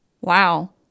Wow